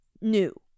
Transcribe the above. new